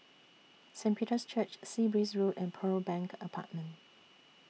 Saint Peter's Church Sea Breeze Road and Pearl Bank Apartment